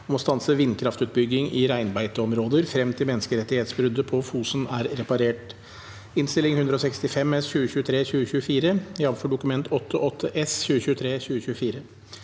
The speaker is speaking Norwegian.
om å stanse vindkraftutbygging i reinbeiteområder frem til menneskerettighetsbruddet på Fosen er reparert (Innst. 165 S (2023–2024), jf. Dokument 8:8 S (2023– 2024))